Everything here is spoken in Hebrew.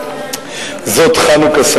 בבקשה.